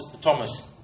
Thomas